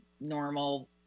normal